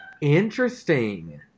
interesting